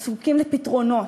אנחנו זקוקים לפתרונות.